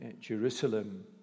Jerusalem